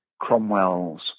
Cromwell's